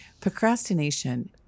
Procrastination